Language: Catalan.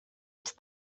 ets